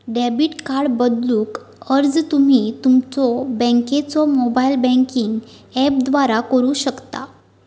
debit card बदलूक अर्ज तुम्ही तुमच्यो बँकेच्यो मोबाइल बँकिंग ऍपद्वारा करू शकता